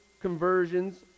conversions